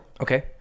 okay